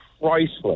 priceless